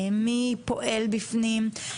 מי פועל בפנים.